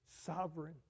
sovereign